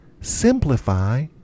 simplify